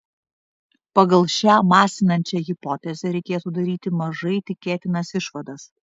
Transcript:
pagal šią masinančią hipotezę reikėtų daryti mažai tikėtinas išvadas